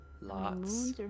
lots